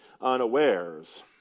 unawares